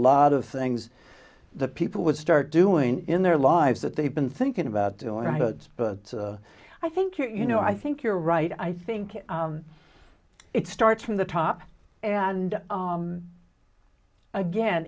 lot of things that people would start doing in their lives that they've been thinking about doing i think you know i think you're right i think it starts from the top and again